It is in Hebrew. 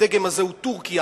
הדגם הזה הוא טורקיה,